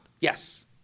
Yes